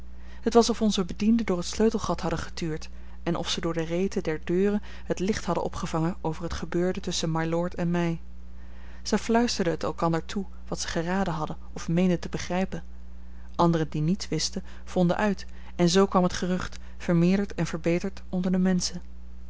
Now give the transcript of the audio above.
het was of onze bedienden door het sleutelgat hadden getuurd en of ze door de reten der deuren het licht hadden opgevangen over het gebeurde tusschen mylord en mij zij fluisterden het elkander toe wat zij geraden hadden of meenden te begrijpen anderen die niets wisten vonden uit en zoo kwam het gerucht vermeerderd en verbeterd onder de menschen